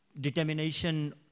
determination